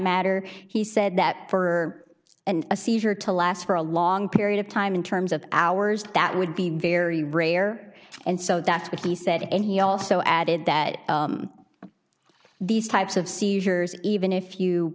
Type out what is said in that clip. matter he said that for a seizure to last for a long period of time in terms of hours that would be very rare and so that's what he said and he also added that these types of seizures even if you